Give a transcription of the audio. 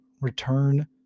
return